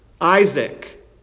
Isaac